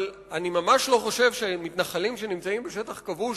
אבל אני ממש לא חושב שמתנחלים שנמצאים בשטח כבוש